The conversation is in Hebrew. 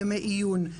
ימי עיון,